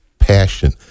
passion